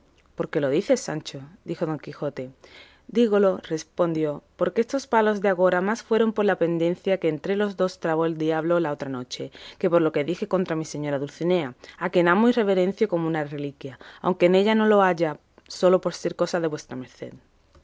qué lo dices sancho dijo don quijote dígolo respondió porque estos palos de agora más fueron por la pendencia que entre los dos trabó el diablo la otra noche que por lo que dije contra mi señora dulcinea a quien amo y reverencio como a una reliquia aunque en ella no lo haya sólo por ser cosa de vuestra merced